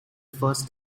first